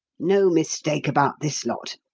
no mistake about this lot,